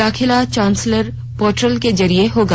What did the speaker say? दाखिला chancellor portal के जरिये होगा